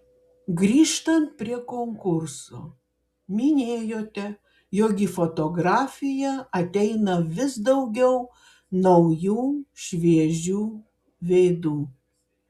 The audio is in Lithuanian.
grįžtant prie konkurso minėjote jog į fotografiją ateina vis daugiau naujų šviežių veidų